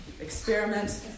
Experiment